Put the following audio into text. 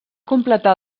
completar